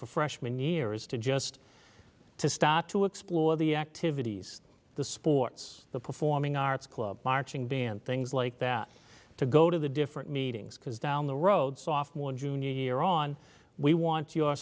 for freshman year is to just to start to explore the activities the sports the performing arts club marching band things like that to go to the different meetings because down the road so off one junior year on we want your